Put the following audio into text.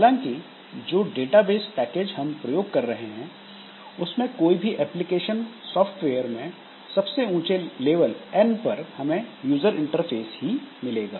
हालांकि जो database package हम प्रयोग कर रहे हैं उसमें कोई भी एप्लीकेशन सॉफ्टवेयर में सबसे ऊँचे लेवल N पर हमें यूजर इंटरफेस ही मिलेगा